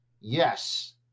yes